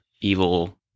evil